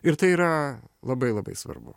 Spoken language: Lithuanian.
ir tai yra labai labai svarbu